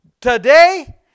today